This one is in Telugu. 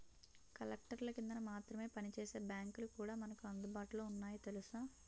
కలెక్టర్ల కిందన మాత్రమే పనిచేసే బాంకులు కూడా మనకు అందుబాటులో ఉన్నాయి తెలుసా